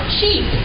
cheap